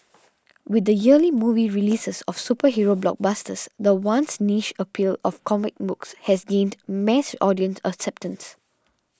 with the yearly movie releases of superhero blockbusters the once niche appeal of comic books has gained mass audience acceptance